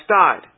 died